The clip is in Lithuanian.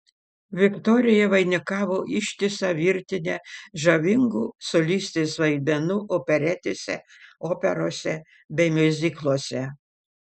viktorija vainikavo ištisą virtinę žavingų solistės vaidmenų operetėse operose bei miuzikluose